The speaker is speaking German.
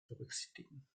berücksichtigen